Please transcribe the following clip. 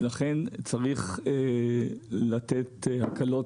ולכן צריך לתת הקלות,